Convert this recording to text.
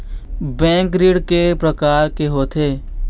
Bank ऋण के प्रकार के होथे?